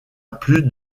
plus